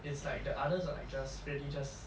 it's like the others are just really just